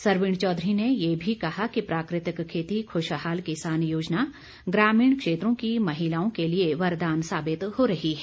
सरवीण चौधरी ने ये भी कहा कि प्राकृतिक खेती खुशहाल किसान योजना ग्रामीण क्षेत्रों की महिलाओं के लिए वरदान साबित हो रही है